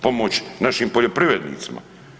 Pomoć našim poljoprivrednicima.